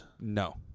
No